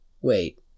Wait